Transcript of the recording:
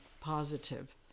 positive